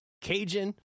Cajun